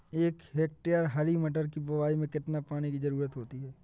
एक हेक्टेयर हरी मटर की बुवाई में कितनी पानी की ज़रुरत होती है?